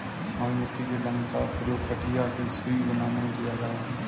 मधुमक्खी के डंक का प्रयोग गठिया की सुई बनाने में किया जाता है